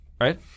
right